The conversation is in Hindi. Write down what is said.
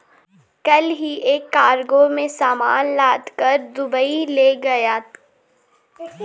कल ही एक कार्गो में सामान लादकर दुबई ले जाया गया